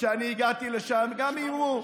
וכשאני הגעתי לשם גם איימו,